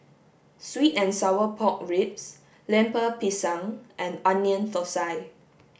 sweet and sour pork ribs Lemper Pisang and onion thosai